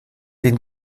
den